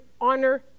honor